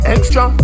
Extra